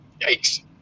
Yikes